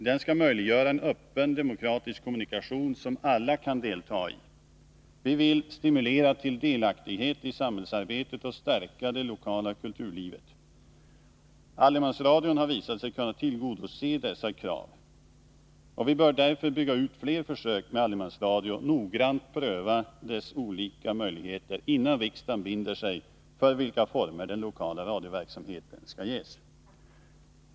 Den skall möjliggöra en öppen demokratisk kommunikation som alla kan delta i. Vi vill stimulera till delaktighet i samhällsarbete och stärka det lokala kulturlivet. Allemansradio har visat sig kunna tillgodose dessa krav. Vi bör därför bygga ut fler försök med allemansradio och noggrant pröva dess olika möjligheter innan riksdagen binder sig för vilka former den lokala radioverksamheten skall ges.